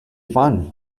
fun